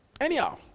anyhow